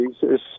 Jesus